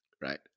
right